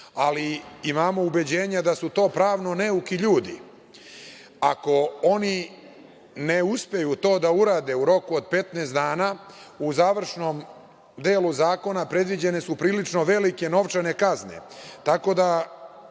ali imamo ubeđenja da su to pravno neuki ljudi. Ako oni ne uspeju to da urade u roku od 15 dana, u završnom delu zakona, predviđene su prilično velike novčane kazne.